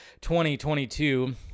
2022